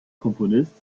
komponist